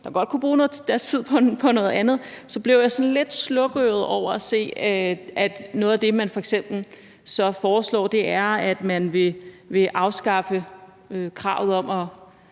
der godt kunne bruge deres tid på noget andet – over at se, at noget af det, man f.eks. så foreslår, er, at man vil afskaffe kravet om at